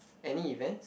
any events